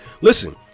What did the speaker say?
Listen